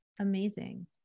Amazing